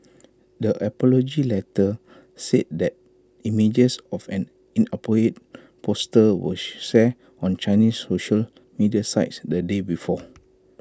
the apology letter said that images of an inappropriate poster were on Chinese social media sites the day before